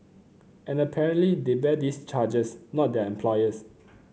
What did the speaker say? and apparently they bear these charges not their employers